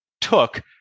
took